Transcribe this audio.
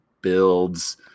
builds